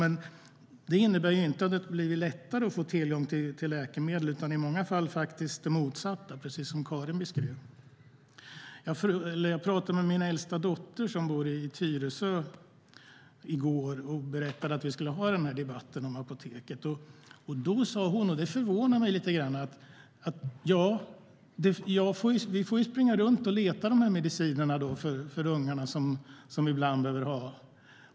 Men det innebär inte att det har blivit lättare att få tillgång till läkemedel. I många fall är situationen faktiskt den motsatta, precis som Karin beskrev. I går pratade jag med min äldsta dotter som bor i Tyresö och berättade att vi skulle ha den här debatten om apoteket. Då sa hon något som förvånade mig lite grann. Hon sa "Ja, vi får springa runt och leta efter medicinerna som ungarna behöver ibland.